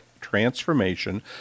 transformation